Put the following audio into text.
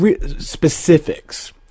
specifics